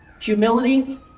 Humility